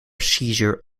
seizure